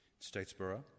Statesboro